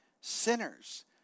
sinners